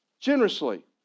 generously